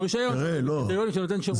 שעומד בקריטריונים של נותן שירות.